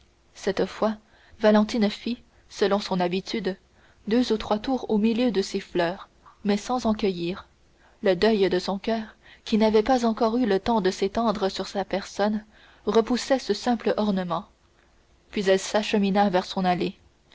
cette fois valentine fit selon son habitude deux ou trois tours au milieu de ses fleurs mais sans en cueillir le deuil de son coeur qui n'avait pas encore eu le temps de s'étendre sur sa personne repoussait ce simple ornement puis elle s'achemina vers son allée